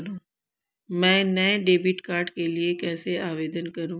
मैं नए debit card के लिए कैसे आवेदन करूं?